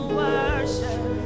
worship